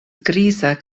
griza